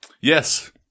Yes